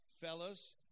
Fellas